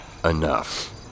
enough